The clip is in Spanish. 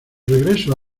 regreso